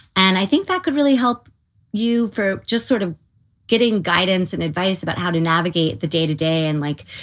and i think that could really help you just sort of getting guidance and advice about how to navigate the day to day and like,